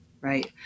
right